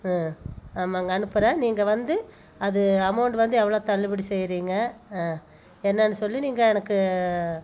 ம் ஆமாங்க அனுப்புறேன் நீங்கள் வந்து அது அமௌண்ட் வந்து எவ்வளோ தள்ளுபடி செய்யுறிங்க என்னன்னு சொல்லி நீங்கள் எனக்கு